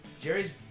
Jerry's